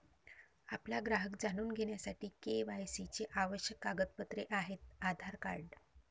आपला ग्राहक जाणून घेण्यासाठी के.वाय.सी चे आवश्यक कागदपत्रे आहेत आधार कार्ड